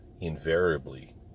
invariably